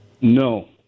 No